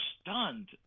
stunned